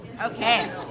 Okay